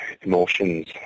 Emotions